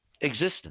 existence